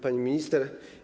Pani Minister!